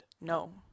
No